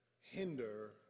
hinder